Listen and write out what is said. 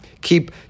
keep